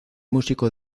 músico